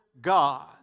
God